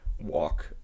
walk